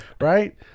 right